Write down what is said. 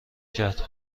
کرد